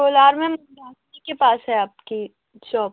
कोलार में के पास है आपकी शॉप